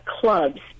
clubs